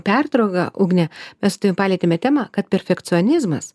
pertrauką ugnė mes su tavim palietėme temą kad perfekcionizmas